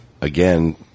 again